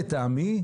לטעמי,